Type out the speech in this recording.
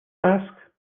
ask